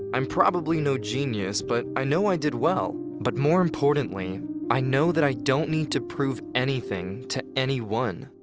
i'm probably no genius but i know i did well. but more importantly i know that i don't need to prove anything to anyone!